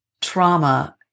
trauma